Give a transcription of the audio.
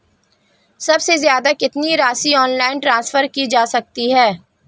सबसे ज़्यादा कितनी राशि ऑनलाइन ट्रांसफर की जा सकती है?